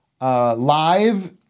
live